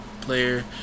player